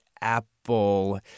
Apple